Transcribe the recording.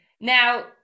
Now